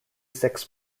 six